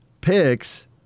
picks